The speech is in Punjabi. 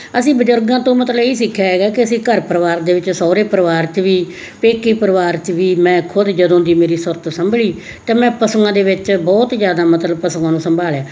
ਅਸੀਂ ਬਜ਼ੁਰਗਾਂ ਤੋਂ ਮਤਲਬ ਇਹ ਸਿੱਖਿਆ ਹੈਗਾ ਕਿ ਅਸੀਂ ਘਰ ਪਰਿਵਾਰ ਦੇ ਵਿੱਚ ਸਹੁਰੇ ਪਰਿਵਾਰ 'ਚ ਵੀ ਪੇਕੀ ਪਰਿਵਾਰ 'ਚ ਵੀ ਮੈਂ ਖੁਦ ਜਦੋਂ ਦੀ ਮੇਰੀ ਸੁਰਤ ਸੰਭਲੀ ਅਤੇ ਮੈਂ ਪਸ਼ੂਆਂ ਦੇ ਵਿੱਚ ਬਹੁਤ ਜ਼ਿਆਦਾ ਮਤਲਬ ਪਸ਼ੂ ਨੂੰ ਸੰਭਾਲਿਆ